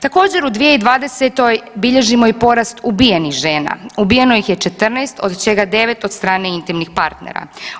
Također u 2020. bilježimo i porast ubijenih žena, ubijeno ih je 14 od čega 9 od strane intimnih partnera.